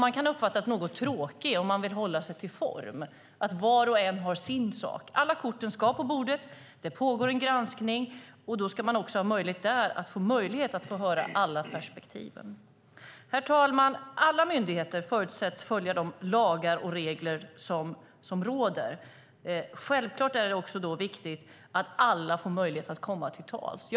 Man kan uppfattas som något tråkig om man vill hålla sig till form, att var och en har sin sak. Alla kort ska på bordet. Det pågår en granskning. Då ska man också där ha möjlighet att höra alla perspektiv. Herr talman! Alla myndigheter förutsätts följa de lagar och regler som gäller. Självklart är det då också viktigt att alla får möjlighet att komma till tals.